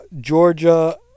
Georgia